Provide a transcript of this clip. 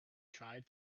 tried